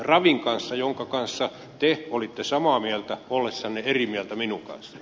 ravin kanssa jonka kanssa te olitte samaa mieltä ollessanne eri mieltä minun kanssani